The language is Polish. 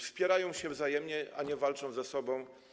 Wspierają się wzajemnie, a nie walczą ze sobą.